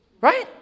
Right